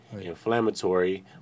Inflammatory